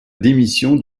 démission